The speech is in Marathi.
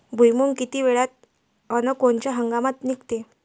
भुईमुंग किती वेळात अस कोनच्या हंगामात निगते?